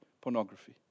Pornography